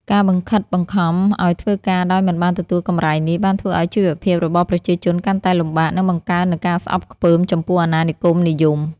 ការបង្ខិតបង្ខំឱ្យធ្វើការដោយមិនបានទទួលកម្រៃនេះ បានធ្វើឱ្យជីវភាពរបស់ប្រជាជនកាន់តែលំបាក និងបង្កើននូវការស្អប់ខ្ពើមចំពោះអាណានិគមនិយម។